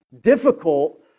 difficult